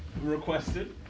requested